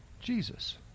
Jesus